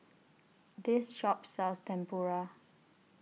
This Shop sells Tempura